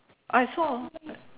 I saw